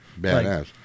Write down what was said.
Badass